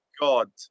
God